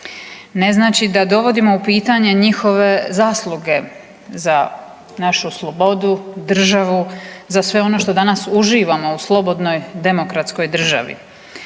ne znači da dovodimo u pitanje njihove zasluge za našu slobodu, državu, za sve ono što danas uživamo u slobodnoj demokratskoj državi.